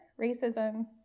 racism